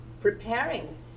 preparing